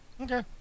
Okay